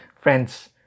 Friends